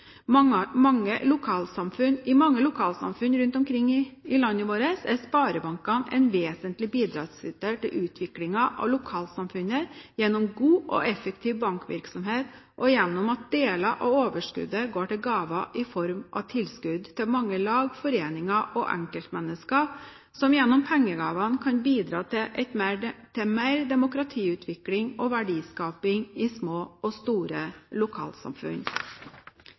mange lokalsamfunn rundt omkring i landet vårt er sparebankene en vesentlig bidragsyter til utviklingen av lokalsamfunnet gjennom god og effektiv bankvirksomhet og gjennom at deler av overskuddet går til gaver i form av tilskudd til mange lag, foreninger og enkeltmennesker, som gjennom pengegavene kan bidra til mer demokratiutvikling og verdiskaping i små og store lokalsamfunn.